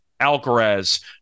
Alcaraz